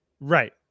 Right